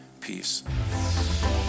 peace